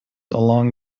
along